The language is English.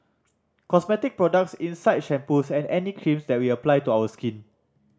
cosmetic products inside shampoos and any creams that we apply to our skin